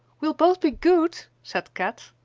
we'll both be good, said kat.